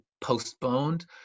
postponed